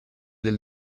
del